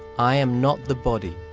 i'm not the body.